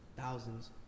Thousands